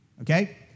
Okay